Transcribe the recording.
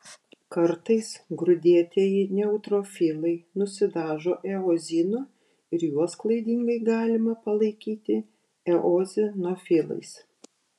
kartais grūdėtieji neutrofilai nusidažo eozinu ir juos klaidingai galima palaikyti eozinofilais